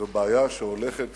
זו בעיה שהולכת